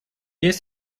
есть